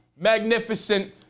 magnificent